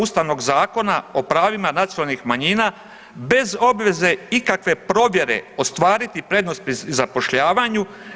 Ustavnog zakona o pravima nacionalnih manjina bez obveze ikakve provjere ostvariti prednost pri zapošljavanju.